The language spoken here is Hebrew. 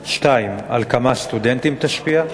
2. על כמה סטודנטים היא תשפיע?